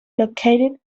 located